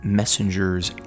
messenger's